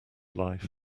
life